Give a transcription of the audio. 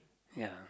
ya